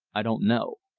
i don't know.